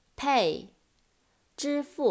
pay,支付